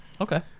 Okay